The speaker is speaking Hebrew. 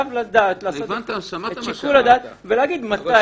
חייב לעשות את שיקול הדעת ולהגיד מתי.